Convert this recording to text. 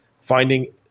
finding